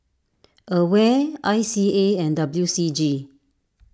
Aware I C A and W C G